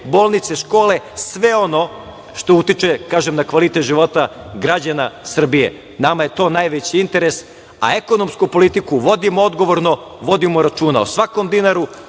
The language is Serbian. bolnice, škole, sve ono što utiče, kažem, na kvalitet života građana Srbije, nama je to najveći interes. A ekonomsku politiku vodimo odgovorno, vodimo računa o svakom dinaru,